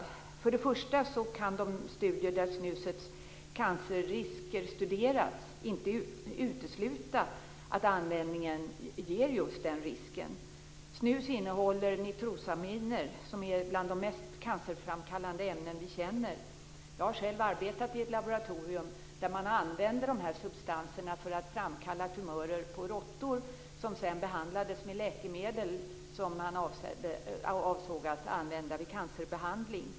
Det första skälet till oro är att de studier där snusets cancerrisker studerats inte utesluter att användningen är förenad just med sådana risker. Snus innehåller nitrosaminer, som är bland de mest cancerframkallande ämnen som vi känner. Jag har själv arbetat på ett laboratorium där man använde de här substanserna för att framkalla tumörer på råttor. Dessa behandlades sedan med läkemedel som man avsåg att använda i cancervård.